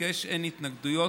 אין התנגדויות,